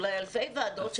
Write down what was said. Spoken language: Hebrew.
אולי אלפי ועדות,